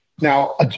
Now